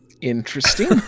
Interesting